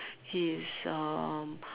his uh